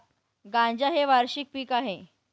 गांजा हे वार्षिक पीक आहे